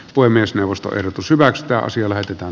puhemiesneuvosto eli pysyväistä asiaa lähestytään